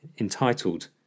entitled